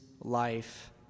life